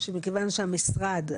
שמכיוון שהמשרד,